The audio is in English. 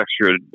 extra